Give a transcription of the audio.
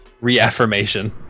reaffirmation